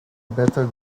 better